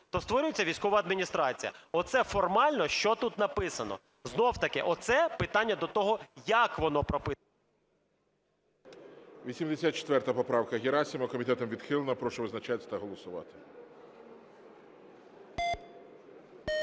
то створюється військова адміністрація. Оце формально, що тут написано. Знов-таки оце питання до того, як воно прописано… ГОЛОВУЮЧИЙ. 84 поправка, Герасимов. Комітетом відхилена. Прошу визначатись та голосувати.